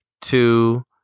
Two